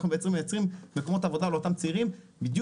אנחנו מייצרים מקומות עבודה לאותם צעירים בדיוק